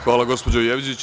Hvala, gospođo Jevđić.